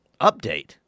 update